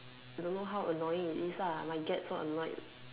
don't know how annoying it is lah might get so annoyed